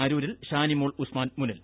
അരൂരിൽ ഷാനിമോള ഉസ്മാൻ മുന്നിൽ